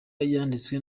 yanditswe